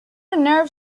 nerve